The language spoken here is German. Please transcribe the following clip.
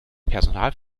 personal